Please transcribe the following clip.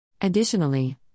Additionally